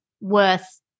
worth